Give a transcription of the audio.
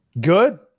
Good